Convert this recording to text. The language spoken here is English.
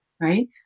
Right